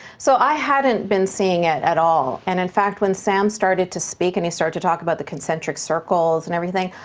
so i hadn't been seeing it at all, and, in fact, when sam started to speak and he started to talk about the concentric circles and everything,